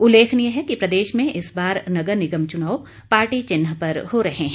उल्लेखनीय है कि प्रदेश में इस बार नगर निगम चुनाव पार्टी चिन्ह पर हो रहे है